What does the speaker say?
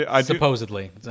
Supposedly